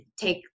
take